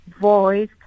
voice